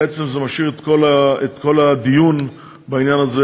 בעצם זה משאיר את כל הדיון בעניין הזה